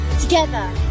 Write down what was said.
Together